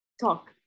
talk